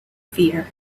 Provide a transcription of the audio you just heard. fear